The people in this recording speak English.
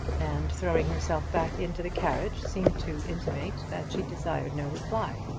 and throwing herself back into the carriage, seemed to intimate that she desired no reply.